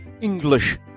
English